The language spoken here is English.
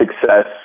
success